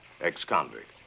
Ex-convict